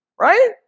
Right